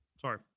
Sorry